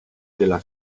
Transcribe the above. della